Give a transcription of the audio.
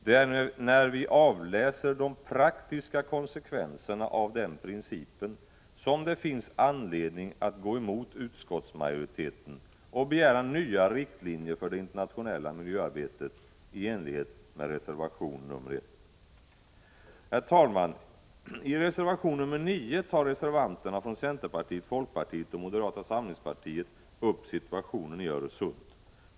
Det är när vi avläser de praktiska konsekvenserna av den principen som det finns anledning att gå emot utskottsmajoriteten och begära nya riktlinjer för det internationella miljöarbetet i enlighet med reservation nr 1. Herr talman! I reservation nr 9 tar reservanterna från centern, folkpartiet och moderata samlingspartiet upp situationen i Öresund.